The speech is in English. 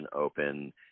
open